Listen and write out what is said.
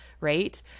right